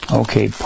okay